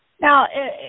Now